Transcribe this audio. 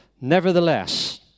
Nevertheless